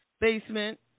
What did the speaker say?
basement